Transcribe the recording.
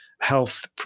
health